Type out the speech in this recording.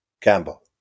Campbell